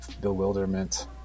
bewilderment